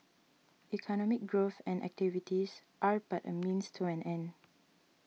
economic growth and activities are but a means to an end